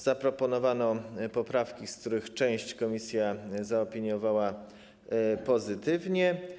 Zaproponowano poprawki, z których część komisja zaopiniowała pozytywnie.